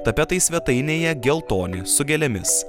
tapetai svetainėje geltoni su gėlėmis